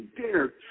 dare